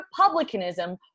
republicanism